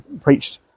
preached